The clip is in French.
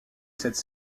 cette